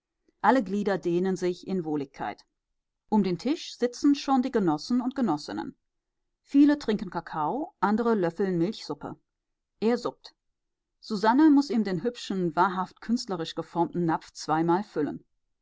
alle glieder dehnen sich in wohligkeit um den tisch sitzen schon die genossen und genossinnen viele trinken kakao andere löffeln milchsuppe er suppt susanne muß ihm den hübschen wahrhaft künstlerisch geformten napf zweimal füllen